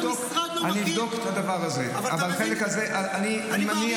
אם המשרד לא מכיר --- אני בכלל